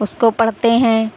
اس کو پڑھتے ہیں